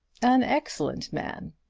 an excellent man!